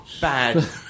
bad